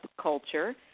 culture